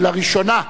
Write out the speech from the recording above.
לראשונה,